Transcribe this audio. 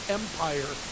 empire